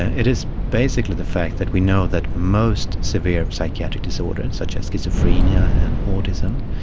it is basically the fact that we know that most severe psychiatric disorders such as schizophrenia and autism,